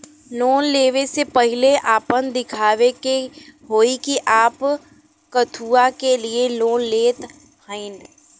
Loan ले वे से पहिले आपन दिखावे के होई कि आप कथुआ के लिए लोन लेत हईन?